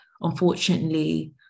unfortunately